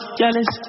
jealous